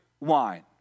wine